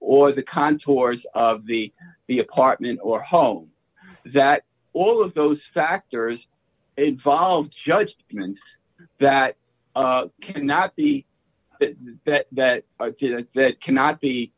or the contours of the the apartment or home that all of those factors involved judged and that can not be that cannot be